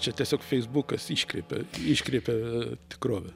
čia tiesiog feisbukas iškreipia iškreipia tikrovę